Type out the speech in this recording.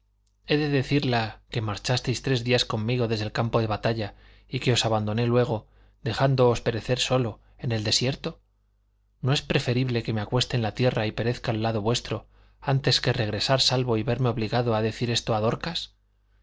he de decirla que marchasteis tres días conmigo desde el campo de batalla y que os abandoné luego dejándoos perecer solo en el desierto no es preferible que me acueste en la tierra y perezca al lado vuestro antes que regresar salvo y verme obligado a decir esto a dorcas